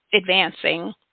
advancing